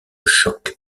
choc